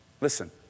Listen